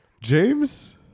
James